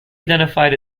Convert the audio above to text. identified